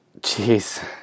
Jeez